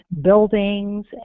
buildings